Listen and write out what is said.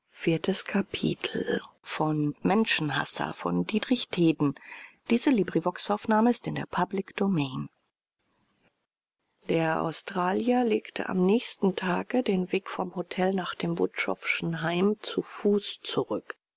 der australier legte am nächsten tage den weg vom hotel nach dem wutschowschen heim zu fuß zurück